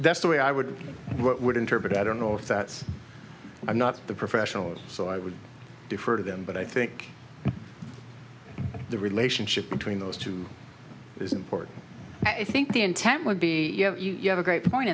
that's the way i would would interpret it i don't know if that's not the professionals so i would defer to them but i think the relationship between those two is important i think the intent would be you have a great point